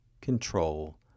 control